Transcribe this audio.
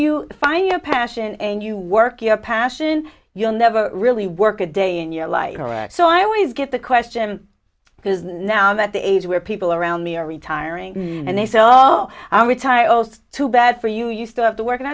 you find your passion and you work your passion you'll never really work a day in your life so i always get the question because now that the age where people around me are retiring and they say oh i retire too bad for you you still have to work and